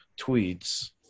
tweets